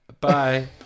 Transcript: Bye